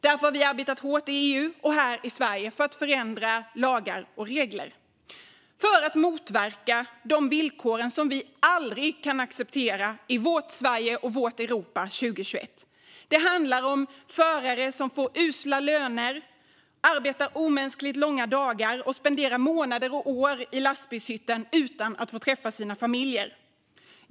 Därför har vi arbetat hårt i EU och här i Sverige för att förändra lagar och regler. Detta har vi gjort för att motverka de villkor som vi aldrig kan acceptera i vårt Sverige och vårt Europa 2022. Det handlar om förare som får usla löner, arbetar omänskligt långa dagar och spenderar månader och år i lastbilshytten utan att få träffa sina familjer.